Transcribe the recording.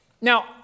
now